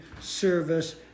service